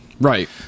Right